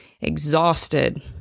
exhausted